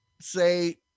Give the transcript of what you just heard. say